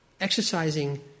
exercising